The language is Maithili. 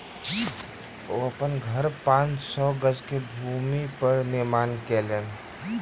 ओ अपन घर पांच सौ गज के भूमि पर निर्माण केलैन